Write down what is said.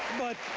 but